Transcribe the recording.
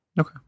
Okay